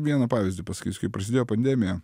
vieną pavyzdį pasakysiu kai prasidėjo pandemija